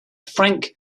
frank